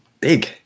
big